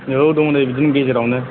औ दङ नै बिदिनो गेजेरावनो